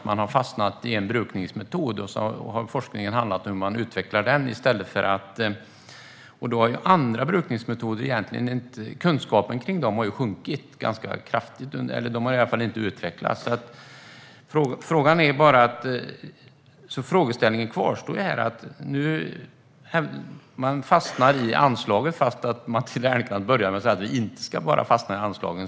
Man har fastnat i en brukningsmetod, och så har forskningen handlat om hur man utvecklar den, och kunskapen kring andra brukningsmetoder har då inte utvecklats. Frågeställningen kvarstår: Vi fastnar i diskussionen om anslaget fast Matilda Ernkrans började med att säga att vi inte skulle fastna i den diskussionen.